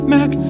Mac